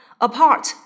Apart